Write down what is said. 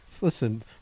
listen